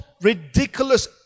ridiculous